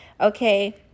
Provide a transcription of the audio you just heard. Okay